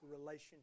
relationship